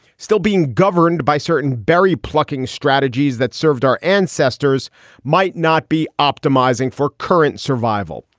still being governed by certain bery plucking strategies that served our ancestors might not be optimizing for current survival.